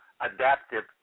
adaptive